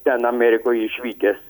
ten amerikoj išvykęs